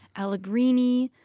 allegrini,